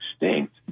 extinct